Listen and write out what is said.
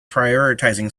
prioritizing